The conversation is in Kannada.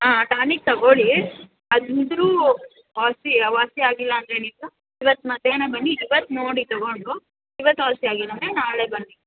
ಹಾಂ ಟಾನಿಕ್ ತೊಗೊಳ್ಳಿ ಅಂದರೂ ವಾಸಿ ವಾಸಿ ಆಗಿಲ್ಲಾಂದರೆ ನೀವು ಇವತ್ತು ಮಧ್ಯಾಹ್ನ ಬನ್ನಿ ಇವತ್ತು ನೋಡಿ ತೊಗೊಂಡು ಇವತ್ತು ವಾಸಿಯಾಗಿಲ್ಲಾಂದರೆ ನಾಳೆ ಬನ್ನಿ